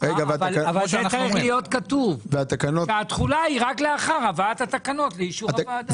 אבל צריך להיות כתוב שהתחולה היא רק לאחר הבאת התקנות לאישור הוועדה.